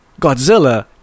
Godzilla